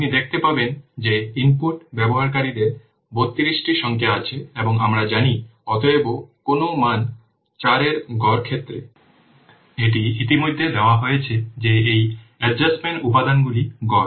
আপনি দেখতে পারেন যে ইনপুট ব্যবহারকারীদের 32টি সংখ্যা আছে এবং আমরা জানি অতএব কোন মান 4 এর গড় ক্ষেত্রে এটি ইতিমধ্যে দেওয়া হয়েছে যে এই অ্যাডজাস্টমেন্ট উপাদানগুলি গড়